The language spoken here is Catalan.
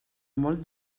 molt